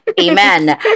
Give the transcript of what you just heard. Amen